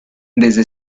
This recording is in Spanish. desde